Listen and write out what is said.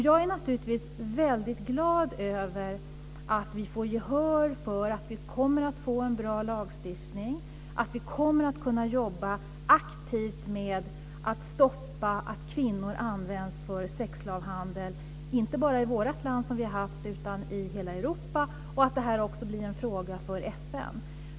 Jag är naturligtvis väldigt glad över att vi får gehör för kravet på en bra lagstiftning, över att vi kommer att kunna jobba aktivt för att stoppa att kvinnor används i sexslavhandel - inte bara i vårt land utan i hela Europa - och över att det här också blir en fråga för FN.